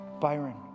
Byron